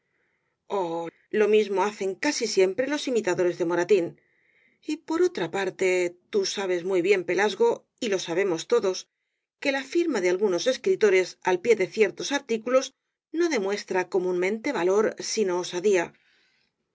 lo mismo hacen casi siempre los imitadores de moratín y por otra parte tú sabes muy bien pelasgo y lo sabemos todos que la firma de algunos escritores al pie de ciertos artículos no demuestra comúnmente valor sino osadía